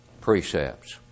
precepts